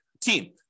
team